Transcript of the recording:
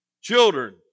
Children